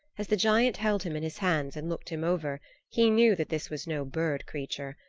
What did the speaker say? as the giant held him in his hands and looked him over he knew that this was no bird-creature.